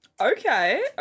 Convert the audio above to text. Okay